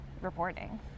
reporting